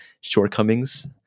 shortcomings